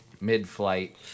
mid-flight